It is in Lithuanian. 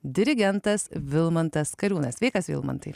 dirigentas vilmantas kariūnas sveikas vilmantai